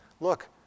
Look